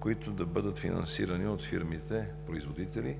които да бъдат финансирани от фирмите-производители,